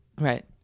Right